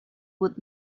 would